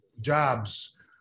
jobs